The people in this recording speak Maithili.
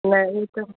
नहि ई तऽ